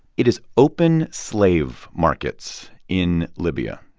it is open slave markets in libya